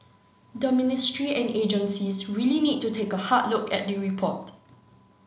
the ministry and agencies really need to take a hard look at the report